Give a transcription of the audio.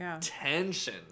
tension